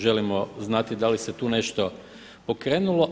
Želimo znati da li se tu nešto pokrenulo.